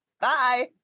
Bye